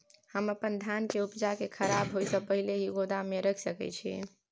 हम अपन धान के उपजा के खराब होय से पहिले ही गोदाम में रख सके छी?